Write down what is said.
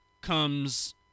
comes